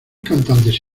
cantantes